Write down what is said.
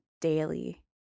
daily